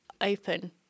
open